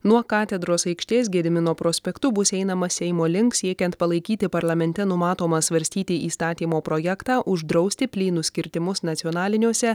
nuo katedros aikštės gedimino prospektu bus einama seimo link siekiant palaikyti parlamente numatomą svarstyti įstatymo projektą uždrausti plynus kirtimus nacionaliniuose